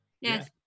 Yes